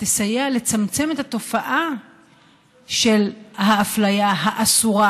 תסייע לצמצם את תופעת האפליה האסורה,